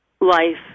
life